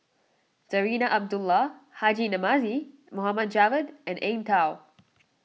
Zarinah Abdullah Haji Namazie Mohd Javad and Eng Tow